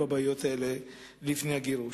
בעיות שלא הכירו לפני הגירוש.